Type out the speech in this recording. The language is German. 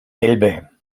elbe